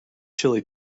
chili